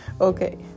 Okay